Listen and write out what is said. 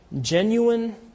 Genuine